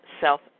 self